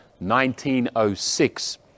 1906